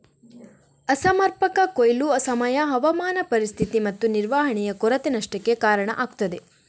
ಅಸಮರ್ಪಕ ಕೊಯ್ಲು, ಸಮಯ, ಹವಾಮಾನ ಪರಿಸ್ಥಿತಿ ಮತ್ತು ನಿರ್ವಹಣೆಯ ಕೊರತೆ ನಷ್ಟಕ್ಕೆ ಕಾರಣ ಆಗ್ತದೆ